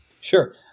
Sure